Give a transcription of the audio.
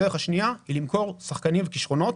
הדרך השנייה היא למכור שחקנים וכישרונות